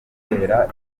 bishobora